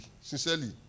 sincerely